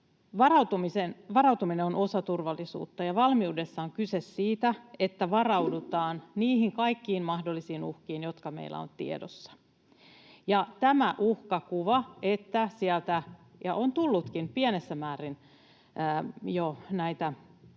Varautuminen on osa turvallisuutta, ja valmiudessa on kyse siitä, että varaudutaan niihin kaikkiin mahdollisiin uhkiin, jotka meillä on tiedossa. Tämä uhkakuva, että sieltä tulisi — ja on pienessä määrin jo